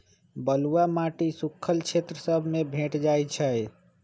बलुआ माटी सुख्खल क्षेत्र सभ में भेंट जाइ छइ